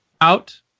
out